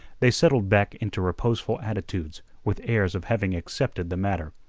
they settled back into reposeful attitudes with airs of having accepted the matter.